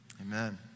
amen